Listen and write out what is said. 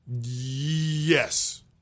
Yes